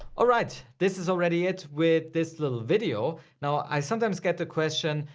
alright, this is already it with this little video. now i sometimes get the question,